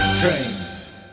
Trains